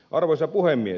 arvoisa puhemies